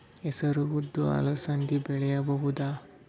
ಹೆಸರು ಉದ್ದು ಅಲಸಂದೆ ಬೆಳೆಯಬಹುದಾ?